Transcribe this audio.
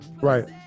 Right